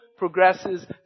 Progresses